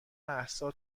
مهسا